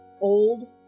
old